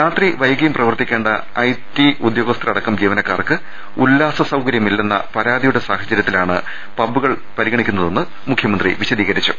രാത്രി വൈകിയും പ്രവർത്തി ക്കേണ്ട ഐടി ഉദ്യോഗസ്ഥരടക്കം ജീവനക്കാർക്ക് ഉല്ലാസ സൌകര്യ മില്ലെന്ന പരാതിയുടെ സാഹചരൃത്തിലാണ് പബ്ബുകൾ പരിഗണിക്കു ന്നതെന്ന് മുഖ്യമന്ത്രി വിശദീകരിച്ചു